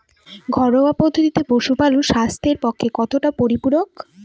ঘরোয়া পদ্ধতিতে পশুপালন স্বাস্থ্যের পক্ষে কতটা পরিপূরক?